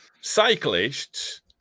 cyclists